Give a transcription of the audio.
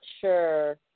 sure